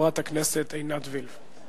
חברת הכנסת עינת וילף.